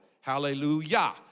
Hallelujah